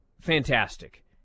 fantastic